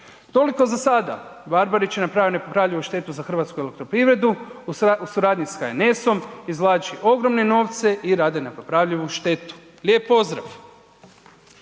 Toliko za sada. Barbarić je napravio nepopravljivu štetu za Hrvatsku elektroprivredu u suradnji sa HNS-om izvlači ogromne novce i rade nepopravljivu štetu. Lijep pozdrav.